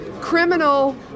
criminal